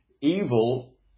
evil